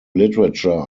literature